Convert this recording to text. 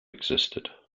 existed